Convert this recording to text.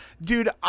dude